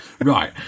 Right